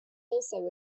also